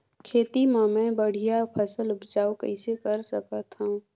खेती म मै बढ़िया फसल उपजाऊ कइसे कर सकत थव?